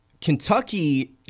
kentucky